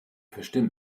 verstimmt